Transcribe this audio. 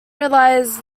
relies